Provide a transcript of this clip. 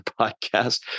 podcast